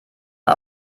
man